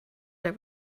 der